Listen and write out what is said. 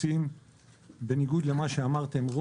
בניגוד למה שאמרתם,